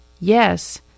Yes